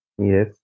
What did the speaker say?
Yes